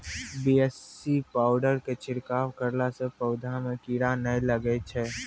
BAC powder के छिड़काव करला से पौधा मे कीड़ा नैय लागै छै?